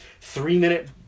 three-minute